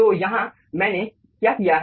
तो यहाँ मैंने क्या किया है